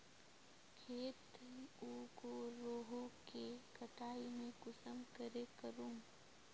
खेत उगोहो के कटाई में कुंसम करे करूम?